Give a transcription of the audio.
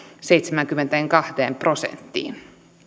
seitsemäänkymmeneenkahteen prosenttiin